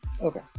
Okay